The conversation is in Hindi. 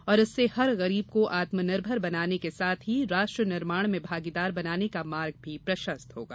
और इससे हर गरीब को आत्मनिर्भर बनाने के साथ ही राष्ट्रनिर्माण में भागीदार बनाने का मार्ग भी प्रशस्त होगा